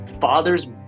father's